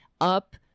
up